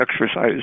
exercise